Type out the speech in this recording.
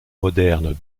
moderne